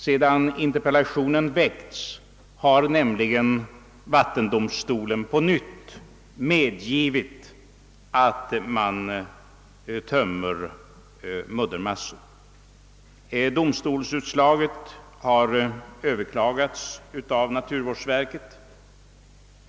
Sedan interpellationen väckts har nämligen vattendomstolen på nytt medgivit att man får tömma muddermassor. Domstolsutslaget har överklagats av naturvårdsverket.